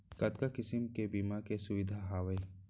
कतका किसिम के बीमा के सुविधा हावे?